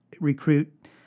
recruit